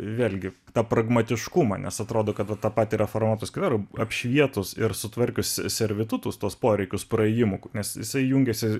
vėlgi tą pragmatiškumą nes atrodo kad tą patiria protų skveru apšvietus ir sutvarkius servitutus tuos poreikius praėjimų nes jisai jungiasi